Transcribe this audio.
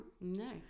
no